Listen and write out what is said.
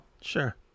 Sure